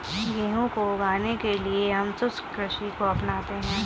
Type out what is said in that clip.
गेहूं को उगाने के लिए हम शुष्क कृषि को अपनाते हैं